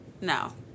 No